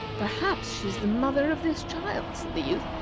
perhaps she is the mother of this child, said the youth,